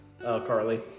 Carly